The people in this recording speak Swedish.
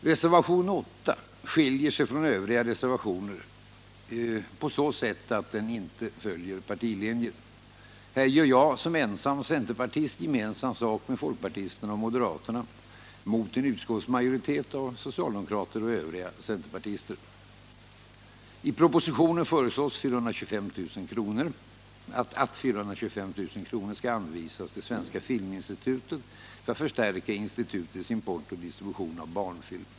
Reservationen 8 skiljer sig från övriga reservationer på så sätt att den inte följer partilinjer. Här gör jag som ensam centerpartist gemensam sak med folkpartisterna och moderaterna mot en utskottsmajoritet av socialdemokrater och övriga centerpartister. I propositionen föreslås att 425 000 kr. skall anvisas till Svenska filminstitutet för att förstärka institutets import och distribution av barnfilm.